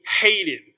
hated